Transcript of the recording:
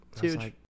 huge